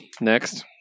next